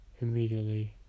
Immediately